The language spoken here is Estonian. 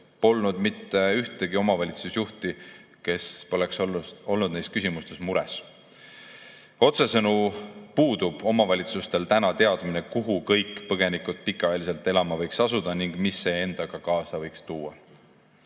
polnud mitte ühtegi omavalitsusjuhti, kes poleks olnud nende küsimuste pärast mures. Otsesõnu puudub omavalitsustel täna teadmine, kuhu kõik põgenikud pikaajaliselt elama võiks asuda ning mis see endaga kaasa võiks tuua.